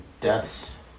deaths